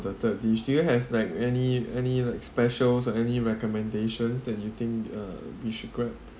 the third dish do you have like any any like specials or any recommendations that you think uh we should grab